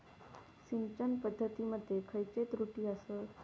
सिंचन पद्धती मध्ये खयचे त्रुटी आसत?